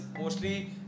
mostly